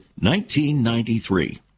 1993